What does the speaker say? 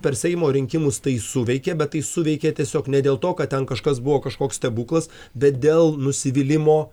per seimo rinkimus tai suveikė bet tai suveikė tiesiog ne dėl to kad ten kažkas buvo kažkoks stebuklas bet dėl nusivylimo